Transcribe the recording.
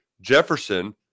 Jefferson